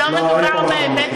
אבל לא מדובר בהיבט הפלילי.